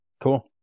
Cool